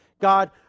God